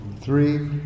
three